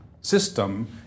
system